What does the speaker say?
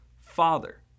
Father